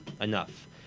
enough